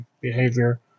behavior